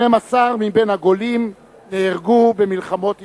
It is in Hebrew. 12 מהגולים נהרגו במלחמות ישראל.